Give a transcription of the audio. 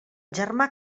germà